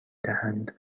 دهند